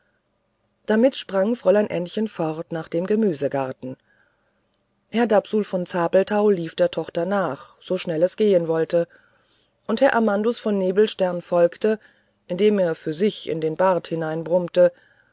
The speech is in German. damit sprang fräulein ännchen fort nach dem gemüsegarten herr dapsul von zabelthau lief der tochter nach so schnell es gehen wollte und herr amandus von nebelstern folgte indem er für sich in den bart